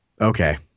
Okay